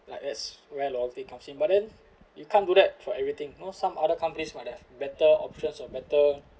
like as well of their policy but then you can't do that for everything you know some other companies might have better options or better